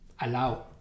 allow